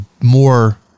more